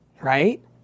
Right